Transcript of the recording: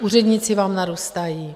Úředníci vám narůstají.